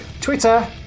Twitter